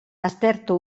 aztertu